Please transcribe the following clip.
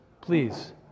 Please